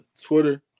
Twitter